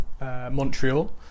Montreal